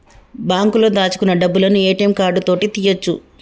బాంకులో దాచుకున్న డబ్బులను ఏ.టి.యం కార్డు తోటి తీయ్యొచు